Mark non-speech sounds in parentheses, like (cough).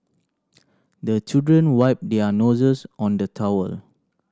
(noise) the children wipe their noses on the towel